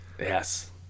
Yes